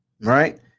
right